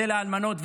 זה לאלמנות,